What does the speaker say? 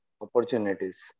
opportunities